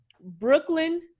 Brooklyn